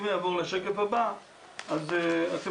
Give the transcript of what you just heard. יש לנו